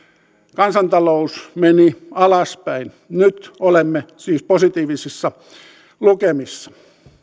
kansantalous meni alaspäin nyt olemme siis positiivisissa lukemissa